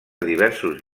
diversos